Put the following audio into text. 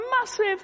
massive